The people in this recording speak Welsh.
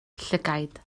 llygaid